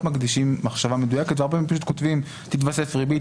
מקדישים מחשבה מדויקת וכותבים תתווסף ריבית,